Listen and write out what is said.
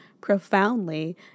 profoundly